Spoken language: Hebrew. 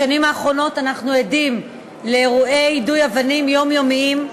בשנים האחרונות אנחנו עדים לאירועי יידוי אבנים יומיומיים,